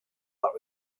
that